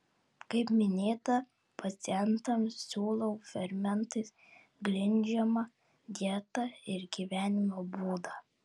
kaip minėta pacientams siūlau fermentais grindžiamą dietą ir gyvenimo būdą